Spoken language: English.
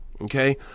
Okay